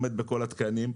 עומד בכל התקנים,